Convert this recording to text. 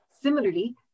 Similarly